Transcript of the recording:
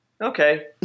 okay